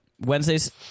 Wednesday's